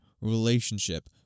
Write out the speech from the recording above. relationship